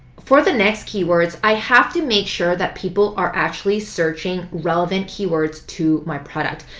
for the next keywords, i have to make sure that people are actually searching relevant keywords to my product.